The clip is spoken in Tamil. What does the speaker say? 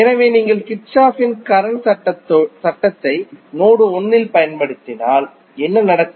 எனவே நீங்கள் கிர்ச்சோப்பின் கரண்ட் சட்டத்தை நோடு 1 இல் பயன்படுத்தினால் என்ன நடக்கும்